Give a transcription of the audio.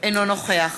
אינו נוכח